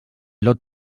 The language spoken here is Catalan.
lot